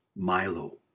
Milo